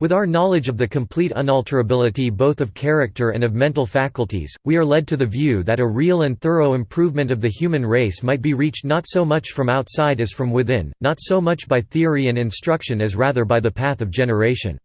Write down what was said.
with our knowledge of the complete unalterability both of character and of mental faculties, we are led to the view that a real and thorough improvement of the human race might be reached not so much from outside as from within, not so much by theory and instruction as rather by the path of generation.